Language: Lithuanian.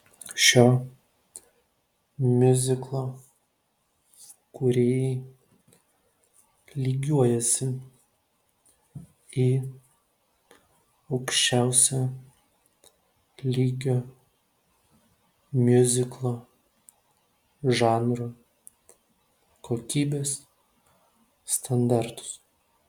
šio miuziklo kūrėjai lygiuojasi į aukščiausio lygio miuziklo žanro kokybės standartus